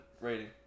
rating